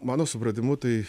mano supratimu tai